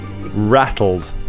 Rattled